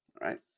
right